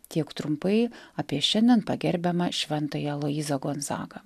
tiek trumpai apie šiandien pagerbiamą šventąjį aloyzą gonzaką